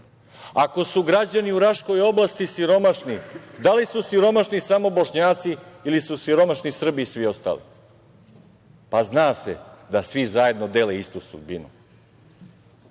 Ako su građani u Raškoj oblasti siromašni, da li su siromašni samo Bošnjaci ili su siromašni i Srbi i svi ostali? Zna se da svi zajedno dele istu sudbinu. Način